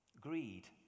greed